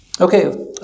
Okay